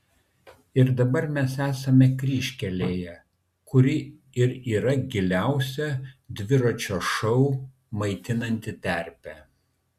ir dabar mes esame kryžkelėje kuri ir yra giliausia dviračio šou maitinanti terpė